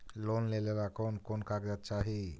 Loan लेने ला कोन कोन कागजात चाही?